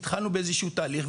התחלנו באיזה שהוא תהליך,